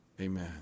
Amen